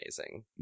amazing